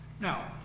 Now